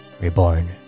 reborn